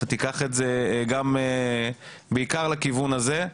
אתה תיקח את זה בעיקר לכיוון הזה,